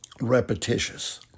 repetitious